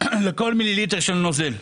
אגורות לכל מיליליטר של נוזל.